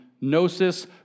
Gnosis